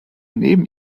neben